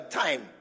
time